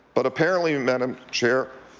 but apparently, and madam chair,